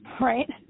right